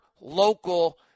local